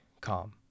calm